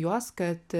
juos kad